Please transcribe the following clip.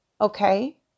Okay